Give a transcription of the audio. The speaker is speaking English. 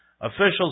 Officials